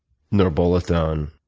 norbolethone.